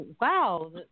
wow